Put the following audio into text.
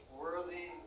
worthy